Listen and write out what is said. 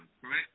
correct